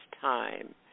time